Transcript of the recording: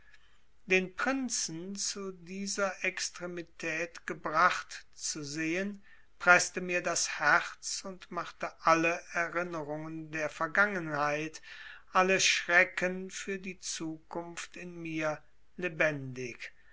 den prinzen zu dieser extremität gebracht zu sehen preßte mir das herz und machte alle erinnerungen der vergangenheit alle schrecken für die zukunft in mir lebendig